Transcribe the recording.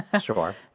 Sure